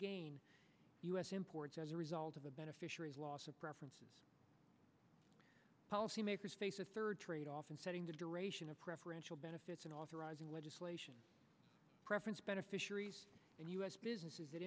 gain u s imports as a result of the beneficiaries loss of preferences policy makers face a third tradeoff in setting the duration of preferential benefits in authorizing legislation preference beneficiaries and u s businesses that